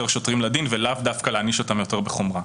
שוטרים לדין ולאו דווקא להעניש אותם יותר בחומרה,